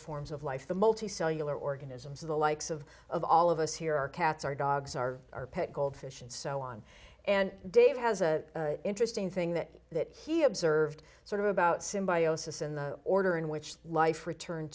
forms of life the multicellular organisms the likes of of all of us here our cats our dogs our our pet goldfish and so on and dave has a interesting thing that that he observed sort of about symbiosis in the order in which life return